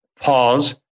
pause